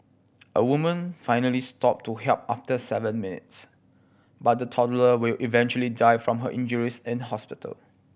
a woman finally stopped to help after seven minutes but the toddler will eventually die from her injuries in hospital